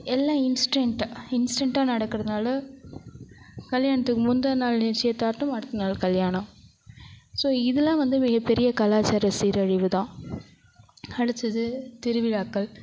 எல்லாம் இன்ஸ்டண்ட்டு இன்ஸ்டண்ட்டாக நடக்கிறதுனால கல்யாணத்துக்கு முந்தின நாள் நிச்சயதார்த்தம் அடுத்த நாள் கல்யாணம் ஸோ இதெலாம் வந்து மிகப்பெரிய கலாச்சார சீரழிவு தான் அடுத்தது திருவிழாக்கள்